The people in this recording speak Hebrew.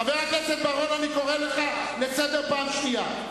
חבר הכנסת בר-און, אני קורא אותך לסדר פעם שנייה.